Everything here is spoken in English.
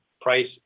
price